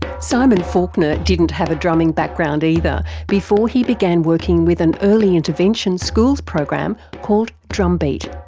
simon faulkner didn't have a drumming background either before he began working with an early intervention schools program called drumbeat.